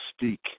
speak